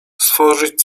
stworzyć